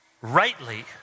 rightly